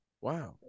wow